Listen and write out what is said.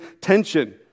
tension